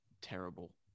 terrible